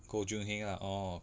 goh joo hin ah orh